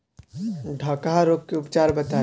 डकहा रोग के उपचार बताई?